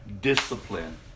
discipline